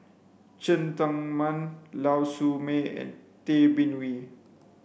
Cheng Tsang Man Lau Siew Mei and Tay Bin Wee